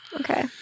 Okay